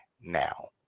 now